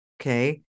okay